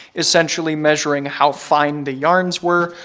essentially measuring how fine the yarns were,